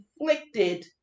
inflicted